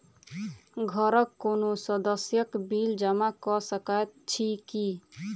घरक कोनो सदस्यक बिल जमा कऽ सकैत छी की?